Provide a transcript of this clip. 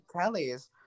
Kelly's